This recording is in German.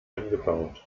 angebaut